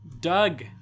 doug